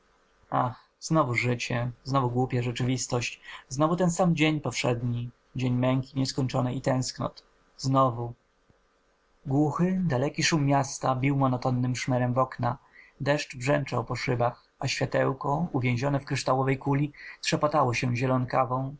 ach znowu życie znowu głupia rzeczywistość znowu ten sam dzień powszedni dzień męki nieskończonej i tęsknot znowu głuchy daleki szum miasta bił monotonnym szmerem w okna deszcz brzęczał po szybach a światełko uwięzione w kryształowej kuli trzepotało się zielonawą